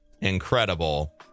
incredible